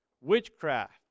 witchcraft